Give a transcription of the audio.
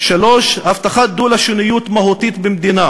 3.הבטחת דו-לשוניות מהותית במדינה